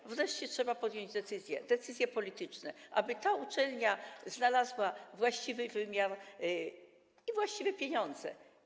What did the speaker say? Trzeba wreszcie podjąć decyzje, decyzje polityczne, aby ta uczelnia znalazła właściwy wymiar i właściwe pieniądze.